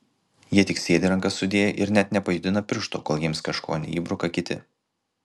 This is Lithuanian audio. jie tik sėdi rankas sudėję ir net nepajudina piršto kol jiems kažko neįbruka kiti